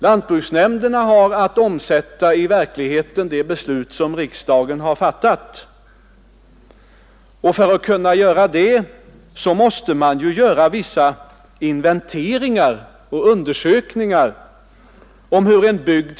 Lantbruksnämnderna har att i verkligheten omsätta de beslut som riksdagen fattat, och för att kunna göra det måste nämnderna naturligtvis göra vissa inventeringar och undersökningar rörande förhållandena i en bygd.